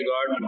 God